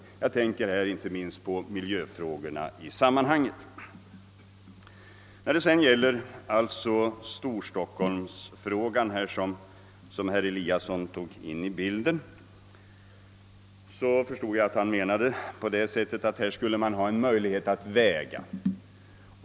Jag tänker här inte minst på miljöfrågorna. Vad sedan beträffar storstockholmsfrågan som herr Eliasson tog in i bilden, förstod jag, att han menade att man härvidiag borde ha en möjlighet att väga.